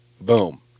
Boom